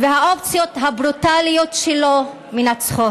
והאופציות הברוטליות שלו, מנצח,